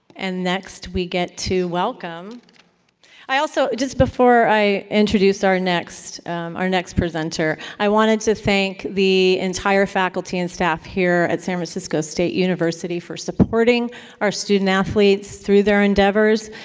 and next, we get to welcome i also just before i introduce our next our next presenter, i wanted to thank the entire faculty and staff here at san francisco state university for supporting our student athletes through their endeavors.